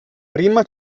prima